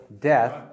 death